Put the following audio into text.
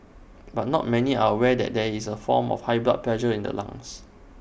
but not many are aware that there is also A form of high blood pressure in the lungs